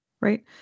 right